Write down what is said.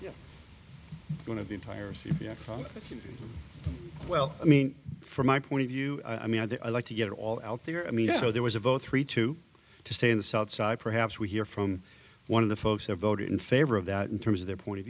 please one of the tires yes well i mean from my point of view i mean i'd like to get it all out there i mean so there was a vote three two to stay in the south side perhaps we hear from one of the folks there voted in favor of that in terms of their point of